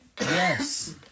Yes